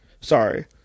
sorry